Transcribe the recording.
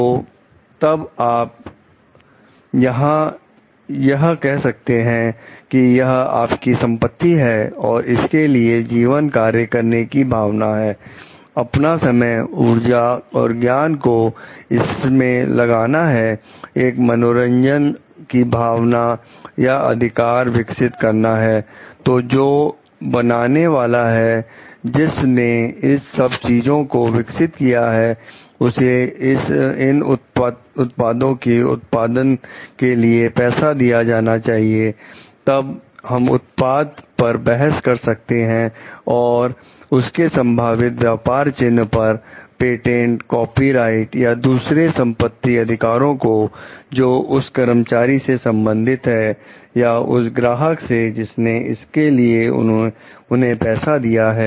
तो तब आप जहां यह कह सकते हैं कि यह आपकी संपत्ति है और इसके लिए जीवन कार्य करने की भावना है अपना समय उर्जा और ज्ञान को इसमें लगाना है एक मनोरंजन की भावना या अधिकार विकसित करना है तो जो बनाने वाला है जिस ने इन सब चीजों को विकसित किया है उसे इन उत्पादों की उत्पादन के लिए पैसा दिया जाना चाहिए तब हम उत्पाद पर बहस कर सकते हैं और उसके संभावित व्यापार चिन्ह पर पेटेंट कॉपीराइट या दूसरे संपत्ति अधिकारों को जो उस कर्मचारी से संबंधित है या उस ग्राहक से जिसने इसके लिए उन्हें पैसा दिया है